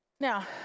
Now